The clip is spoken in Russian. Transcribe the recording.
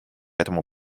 этому